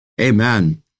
Amen